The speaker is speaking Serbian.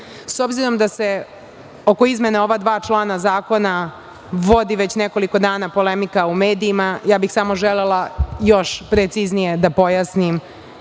obzirom da se oko izmena ova dva člana zakona vodi već nekoliko dana polemika u medijima, ja bih samo želela još preciznije da pojasnim